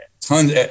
tons